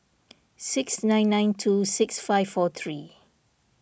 six nine nine two six five four three